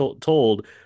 told